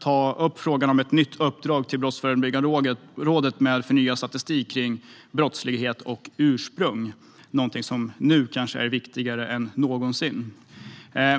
ta upp frågan om ett nytt uppdrag till Brottsförebyggande rådet med förnyad statistik kring brottslighet och ursprung, något som nu kanske är viktigare än någonsin.